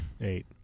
Eight